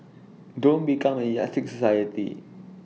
don't become A yardstick society